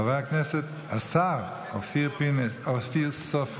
חבר הכנסת השר אופיר סופר,